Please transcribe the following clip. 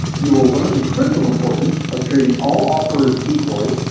you will learn the critical importance of treating all offerors equally,